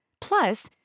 Plus